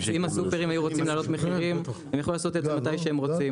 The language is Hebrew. אם הסופרים היו רוצים להעלות מחירים הם יכלו לעשות את זה מתי שהם רוצים,